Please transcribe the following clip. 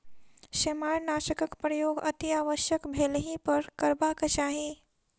सेमारनाशकक प्रयोग अतिआवश्यक भेलहि पर करबाक चाही